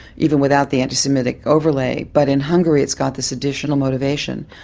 even without the anti-semitic overlay, but in hungary it's got this additional motivation.